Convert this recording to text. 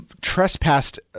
trespassed